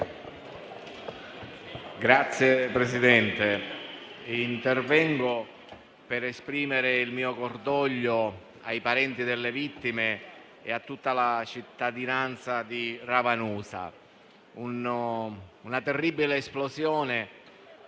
Signor Presidente, intervengo per esprimere il mio cordoglio ai parenti delle vittime e a tutta la cittadinanza di Ravanusa. Una terribile esplosione